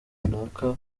runaka